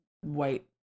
white